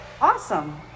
awesome